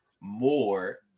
more